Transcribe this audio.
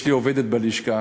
יש לי עובדת בלשכת